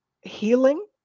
healing